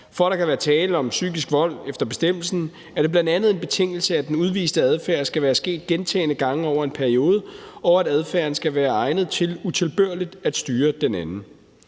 For at der kan være tale om psykisk vold efter bestemmelsen, er det bl.a. en betingelse, at den udviste adfærd skal være sket gentagne gange over en periode, og at adfærden skal være egnet til utilbørligt at styre den anden.